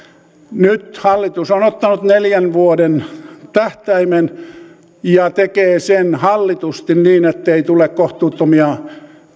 nyt hallitus on ottanut neljän vuoden tähtäimen ja tekee sen hallitusti niin ettei tule kohtuuttomia